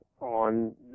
on